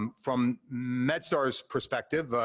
um from medstar's perspective,